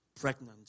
pregnant